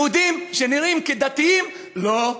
יהודים שנראים כדתיים, לא.